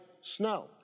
snow